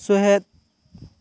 ᱥᱩᱦᱮᱫ